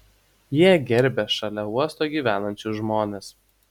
jie gerbia šalia uosto gyvenančius žmones